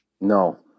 No